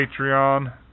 Patreon